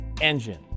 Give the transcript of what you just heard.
engine